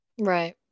Right